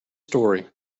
story